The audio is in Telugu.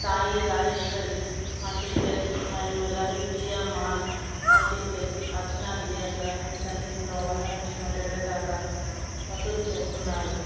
సాయి రాజేశ్వరి మల్టీప్లెక్స్ మరియు Ravi Priya mall multiplex Archana theatre వీటన్నిటిలో వంద నుంచి నూట ఇరవై దాకా వసూలు చేస్తున్నారు